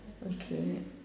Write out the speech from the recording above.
okay